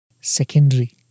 secondary